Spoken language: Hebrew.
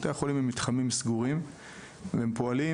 בתי החולים הם מתחמים סגורים והם פועלים